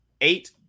eight